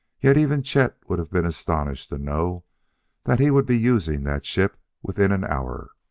yet even chet would have been astonished to know that he would be using that ship within an hour.